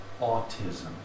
autism